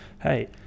hey